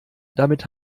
damit